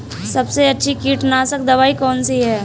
सबसे अच्छी कीटनाशक दवाई कौन सी है?